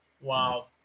Wow